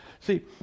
See